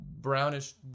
brownish